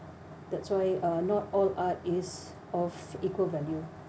that's why uh not all art is of equal value